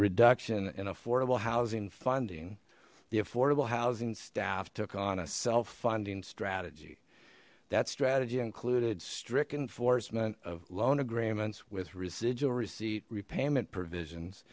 reduction in affordable housing funding the affordable housing staff took on a self funding strategy that strategy included strict enforcement of loan agreements with residual receipt repayment provisions